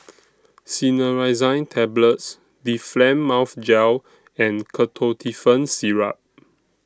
Cinnarizine Tablets Difflam Mouth Gel and Ketotifen Syrup